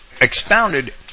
expounded